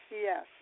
yes